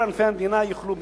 כל ענפי המדינה יוכלו,